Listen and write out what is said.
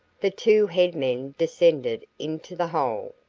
the two head men descended into the hole,